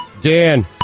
Dan